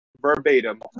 verbatim